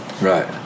Right